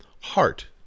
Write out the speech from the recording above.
Heart